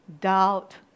doubt